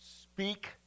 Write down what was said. Speak